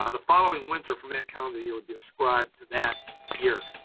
ah the following winter from that calendar year would be ascribed to that year.